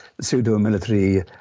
pseudo-military